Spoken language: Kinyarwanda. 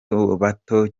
bato